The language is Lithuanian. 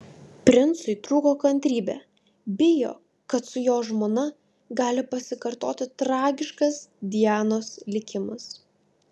princui trūko kantrybė bijo kad su jo žmona gali pasikartoti tragiškas dianos likimas